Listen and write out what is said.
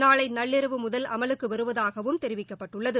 நாளைநள்ளிரவு முதல் அமலுக்குவருவதாகவும் தெரிவிக்கப்பட்டுள்ளது